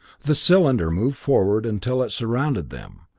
the cylinder moved forward until it surrounded them,